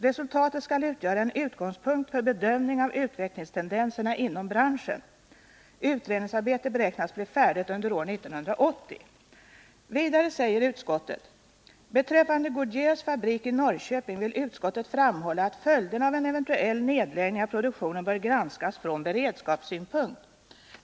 Resultatet skall utgöra en utgångspunkt för bedömning av utvecklingstendenserna inom branschen. — Utredningsarbetet beräknas bli avslutat under år 1980.” Vidare säger utskottet: ”Beträffande Goodyears fabrik i Norrköping vill utskottet framhålla att följderna av en eventuell nedläggning av produktionen bör granskas från beredskapssynpunkt.